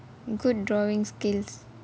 good drawing skills